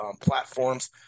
platforms